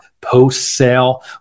post-sale